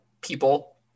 people